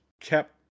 kept